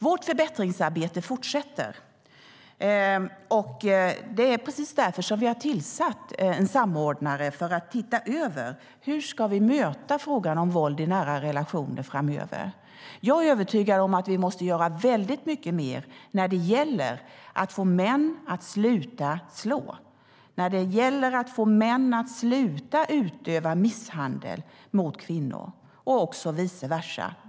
Vårt förbättringsarbete fortsätter. Det är precis därför som vi har tillsatt en samordnare för att titta över det. Hur ska vi möta frågan om våld i nära relationer framöver? Jag är övertygad om att vi måste göra väldigt mycket mer när det gäller att få män att sluta att slå och sluta utöva misshandel mot kvinnor och också vise versa.